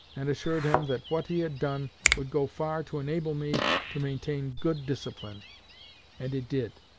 and assured him that what he had done would go far to enable me to maintain good discipline and it did.